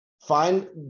find